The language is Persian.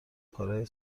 کارای